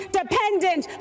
dependent